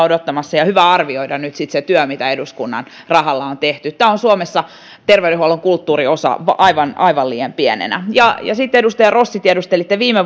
odottamassa tätä ja on hyvä arvioida nyt sitten se työ mitä eduskunnan rahalla on tehty tämä on suomessa terveydenhuollon kulttuurissa aivan aivan liian pienenä ja sitten edustaja rossi tiedustelitte viime